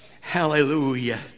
Hallelujah